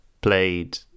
played